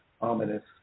ominous